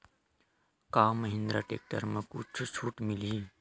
का महिंद्रा टेक्टर म कुछु छुट मिलही?